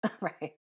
right